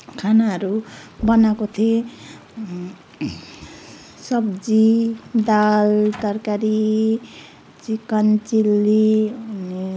खानाहरू बनाएको थिएँ सब्जी दाल तरकारी चिकन चिल्ली अनि